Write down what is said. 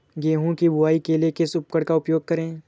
गेहूँ की बुवाई के लिए किस उपकरण का उपयोग करें?